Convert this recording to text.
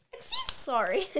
Sorry